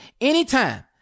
anytime